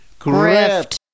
Grift